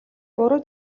буруу